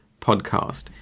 podcast